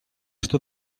что